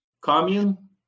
commune